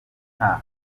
nta